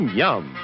yum